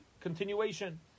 continuation